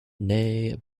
nee